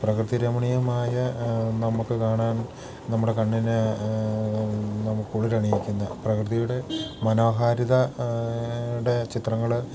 പ്രകൃതിരമണീയമായ നമുക്ക് കാണാൻ നമ്മുടെ കണ്ണിന് നമുക്ക് കുളിരണിയിക്കുന്ന പ്രകൃതിയുടെ മനോഹാരിതയുടെ ചിത്രങ്ങൾ